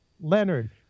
Leonard